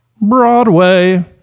Broadway